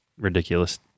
ridiculous